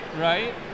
right